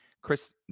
Chris